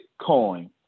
Bitcoin